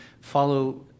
follow